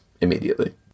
immediately